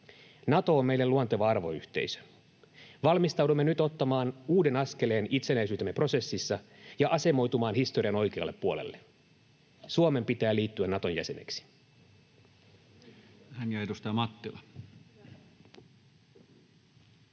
Nato on meille luonteva arvoyhteisö. Valmistaudumme nyt ottamaan uuden askeleen itsenäisyytemme prosessissa ja asemoitumaan historian oikealle puolelle. Suomen pitää liittyä Naton jäseneksi. Näin. — Ja edustaja Mattila.